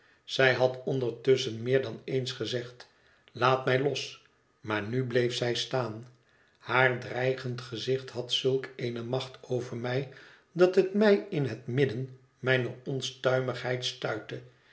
zij had ondertusschen meer dan eens gezegd laat mij los maar nu bleef zij staan haar dreigend gezicht had zulk eene macht over mij dat het mij in het midden mijner onstuimigheid stuitte